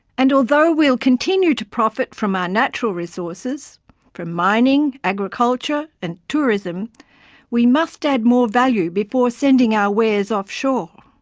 and although we will continue to profit from our natural resources from mining, agriculture and tourism we must add more value before sending our wares offshore.